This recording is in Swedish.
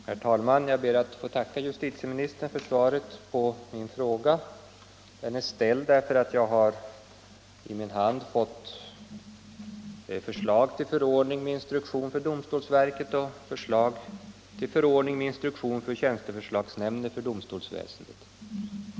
Herr talman! Jag ber att få tacka justitieministern för svaret på min fråga. Den är ställd därför att jag har i min hand fått förslaget till instruktioner för domstolsverkets och domstolsväsendets tjänsteförslagsnämnd.